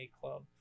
club